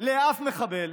לאף מחבל